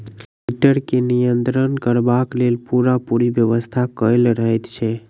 heater के नियंत्रण करबाक लेल पूरापूरी व्यवस्था कयल रहैत छै